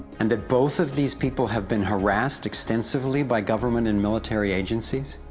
and that both of these people have been harassed extensively by government and military agencies?